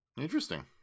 Interesting